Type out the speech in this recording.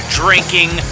drinking